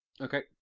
Okay